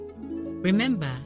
remember